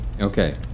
Okay